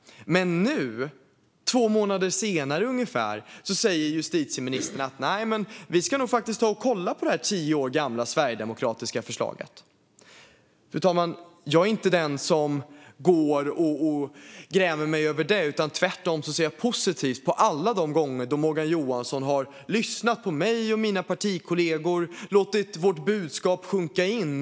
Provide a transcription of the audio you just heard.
Men nu, ungefär två månader senare, säger justitieministern: Vi ska nog faktiskt ta och kolla på det här tio år gamla sverigedemokratiska förslaget. Fru talman! Jag är inte den som går och grämer mig över detta. Tvärtom ser jag positivt på alla de gånger då Morgan Johansson har lyssnat på mig och mina partikollegor och låtit vårt budskap sjunka in.